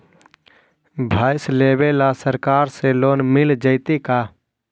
भैंस लेबे ल सरकार से लोन मिल जइतै का?